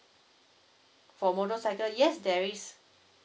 for motorcycle yes there is